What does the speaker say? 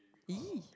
!ee!